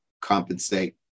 compensate